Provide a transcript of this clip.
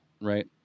right